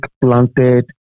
planted